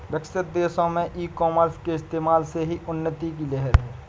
विकसित देशों में ई कॉमर्स के इस्तेमाल से ही उन्नति की लहर है